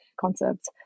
concepts